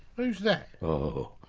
who's that? oh.